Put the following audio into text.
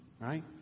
right